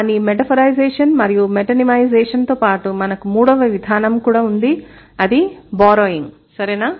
కానీ మెటాఫోరైజేషన్ మరియు మెటోనిమైజేషన్తో పాటు మనకు మూడవ విధానం కూడా ఉంది అది బారోయింగ్ సరేనా